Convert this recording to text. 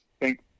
thank